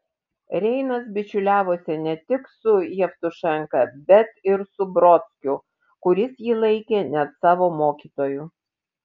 reinas bičiuliavosi ne tik su jevtušenka bet ir su brodskiu kuris jį laikė net savo mokytoju